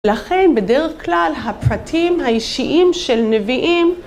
לכן, בדרך כלל, הפרטים האישיים של נביאים,